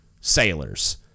sailors